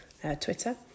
Twitter